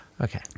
okay